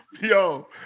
Yo